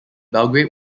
belgrade